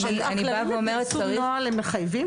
רק להבין, באיזשהו נוהל הם מחייבים?